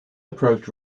approach